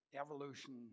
evolution